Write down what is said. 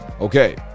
Okay